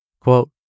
Quote